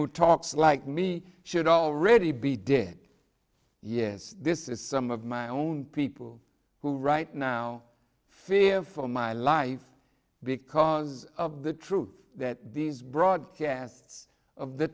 who talks like me should already be dead yes this is some of my own people who right now fear for my life because of the truth that these broadcasts of the